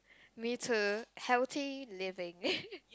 me too healthy living